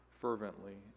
fervently